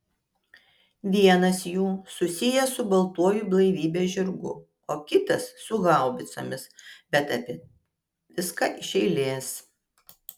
vienas jų susijęs su baltuoju blaivybės žirgu o kitas su haubicomis bet apie viską iš eilės